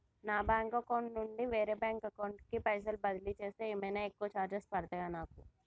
నా bank account నుండి వేరే బ్యాంక్ అకౌంట్ కి పైసల్ బదిలీ చేస్తే ఏమైనా ఎక్కువ చార్జెస్ పడ్తయా నాకు?